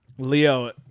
Leo